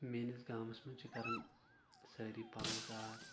میٲنِس گامَس منٛز چھ کران سٲری پَنُن کار